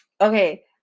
Okay